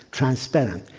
transparent,